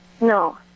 no